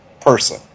person